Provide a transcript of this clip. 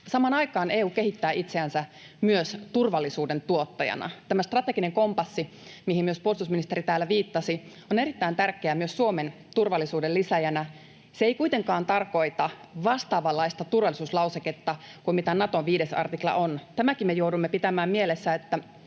Samaan aikaan EU kehittää itseänsä myös turvallisuuden tuottajana. Tämä strateginen kompassi, mihin myös puolustusministeri täällä viittasi, on erittäin tärkeä myös Suomen turvallisuuden lisääjänä. Se ei kuitenkaan tarkoita vastaavanlaista turvallisuuslauseketta kuin mitä Naton 5 artikla on. Tämänkin me joudumme pitämään mielessä, että